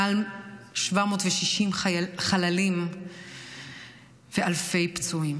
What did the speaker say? מעל 760 חללים ואלפי פצועים,